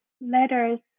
letters